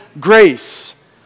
grace